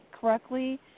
correctly